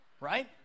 right